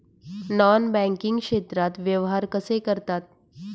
Non banking क्षेत्रात व्यवहार कसे करतात?